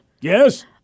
Yes